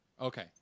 Okay